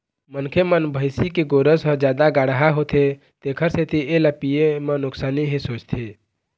मनखे मन भइसी के गोरस ह जादा गाड़हा होथे तेखर सेती एला पीए म नुकसानी हे सोचथे